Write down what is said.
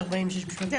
46 משמעתי,